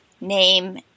name